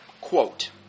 quote